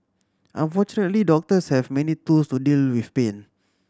unfortunately doctors have many tools to deal with pain